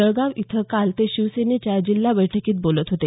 जळगाव इथं काल ते शिवसेनेच्या जिल्हा बैठकीत बोलत होते